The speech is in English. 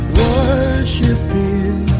worshiping